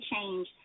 change